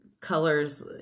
colors